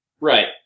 Right